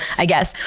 i guess.